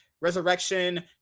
Resurrection